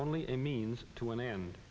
only a means to an end